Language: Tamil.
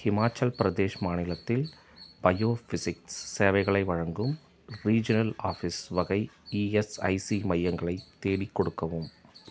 ஹிமாச்சல் பிரதேஷ் மாநிலத்தில் பயோஃபிஸிக்ஸ் சேவைகளை வழங்கும் ரீஜினல் ஆஃபீஸ் வகை இஎஸ்ஐசி மையங்களை தேடிக் கொடுக்கவும்